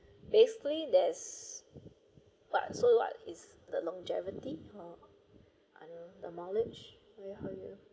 okay basically there's but so what is the longevity or I know demolish where how you